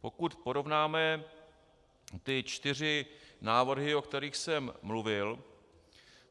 Pokud porovnáme čtyři návrhy, o kterých jsem mluvil,